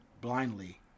blindly